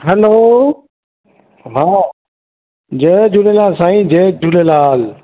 hello हा जय झूलेलाल साईं जय झूलेलाल